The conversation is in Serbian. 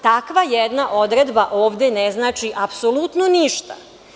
Takva jedna odredba ovde ne znači apsolutno ništa.